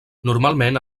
normalment